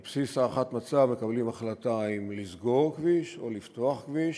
על בסיס הערכת מצב מקבלים החלטה אם לסגור כביש או לפתוח כביש,